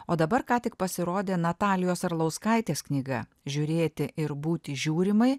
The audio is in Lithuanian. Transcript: o dabar ką tik pasirodė natalijos arlauskaitės knyga žiūrėti ir būti žiūrimai